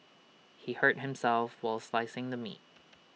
he hurt himself while slicing the meat